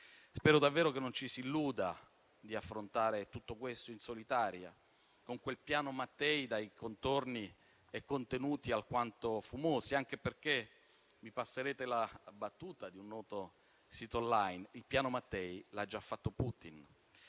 Spero davvero che non ci si illuda di affrontare tutto questo in solitaria, con quel Piano Mattei dai contorni e contenuti alquanto fumosi, anche perché - mi passerete la battuta di un noto sito *online* - il Piano Mattei l'ha già fatto Putin.